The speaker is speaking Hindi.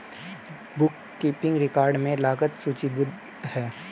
बुक कीपिंग रिकॉर्ड में लागत सूचीबद्ध है